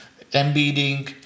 embedding